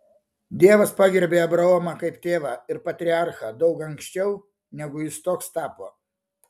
dievas pagerbė abraomą kaip tėvą ir patriarchą daug anksčiau negu jis toks tapo